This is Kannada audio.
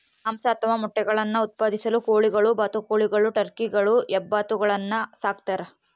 ಮಾಂಸ ಅಥವಾ ಮೊಟ್ಟೆಗುಳ್ನ ಉತ್ಪಾದಿಸಲು ಕೋಳಿಗಳು ಬಾತುಕೋಳಿಗಳು ಟರ್ಕಿಗಳು ಹೆಬ್ಬಾತುಗಳನ್ನು ಸಾಕ್ತಾರ